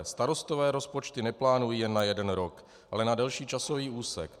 Starostové rozpočty neplánují jen na jeden rok, ale na delší časový úsek.